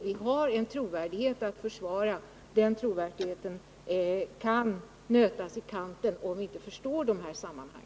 Vi har en trovärdighet att försvara, och den trovärdigheten kan nötas i kanten, om vi inte förstår dessa sammanhang.